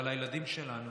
אבל הילדים שלנו